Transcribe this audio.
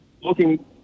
looking